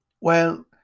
Well